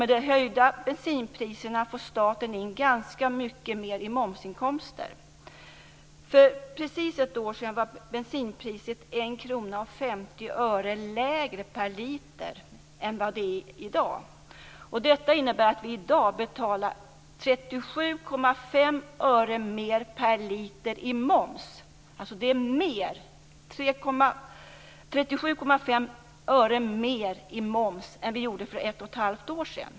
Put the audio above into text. Med de höjda bensinpriserna får staten in ganska mycket mer i momsinkomster. För precis ett år sedan var bensinpriset 1:50 kr lägre per liter än vad det är i dag. Detta innebär att vi i dag betalar 37,5 öre mer per liter i moms. Det är alltså 37,5 öre mer i moms än för ett år sedan.